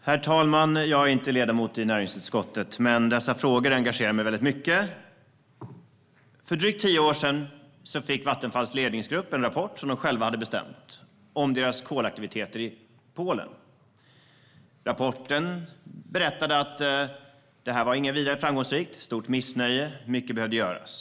Herr talman! Jag är inte ledamot i näringsutskottet, men dessa frågor engagerar mig väldigt mycket. För drygt tio år sedan fick Vattenfalls ledningsgrupp en rapport, som de själva hade beställt, om deras kolaktiviteter i Polen. Av rapporten framgick att detta inte var vidare framgångsrikt. Det fanns ett stort missnöje, och mycket behövde göras.